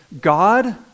God